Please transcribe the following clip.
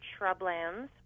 shrublands